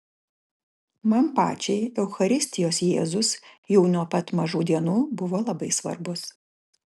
man pačiai eucharistijos jėzus jau nuo pat mažų dienų buvo labai svarbus